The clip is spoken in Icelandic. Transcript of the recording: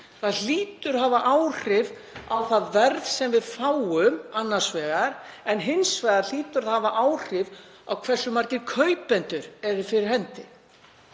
Það hlýtur að hafa áhrif á verðið sem við fáum annars vegar en hins vegar hlýtur það að hafa áhrif á hversu margir kaupendur eru fyrir hendi.